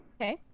okay